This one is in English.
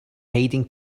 hiding